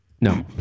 no